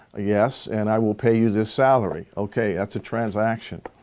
yes, and i will pay you this salary okay that's a transaction.